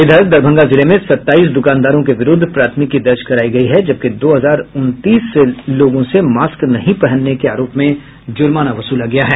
वहीं दरभंगा जिले में सताईस दुकानदारों के विरूद्व प्राथमिकी दर्ज करायी गयी है जबकि दो हजार उनतीस लोगों से मास्क नहीं पहनने के आरोप में जुर्माना वसूला गया है